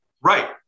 right